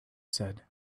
said